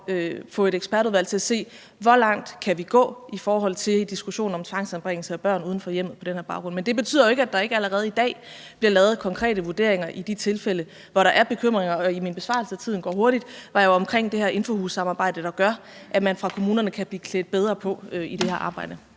at få et ekspertudvalg til at se, hvor langt vi kan gå i forhold til diskussionen om tvangsanbringelser af børn uden for hjemmet på den her baggrund. Men det betyder jo ikke, at der ikke allerede i dag bliver lavet konkrete vurderinger i de tilfælde, hvor der er bekymringer, og i min besvarelse – tiden går hurtigt – var jeg jo omkring det her Infohussamarbejde, der gør, at man i kommunerne kan blive klædt bedre på til det her arbejde.